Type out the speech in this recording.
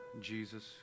Jesus